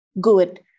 good